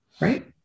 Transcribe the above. Right